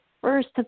first